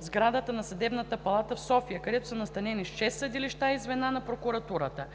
сградата на Съдебната палата в София, където са настанени шест съдилища и звена на прокуратурата.